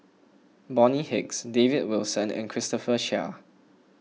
Bonny Hicks David Wilson and Christopher Chia